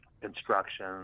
construction